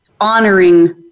honoring